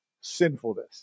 sinfulness